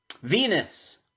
Venus